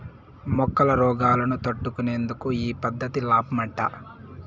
మొక్కల రోగాలను తట్టుకునేందుకు ఈ పద్ధతి లాబ్మట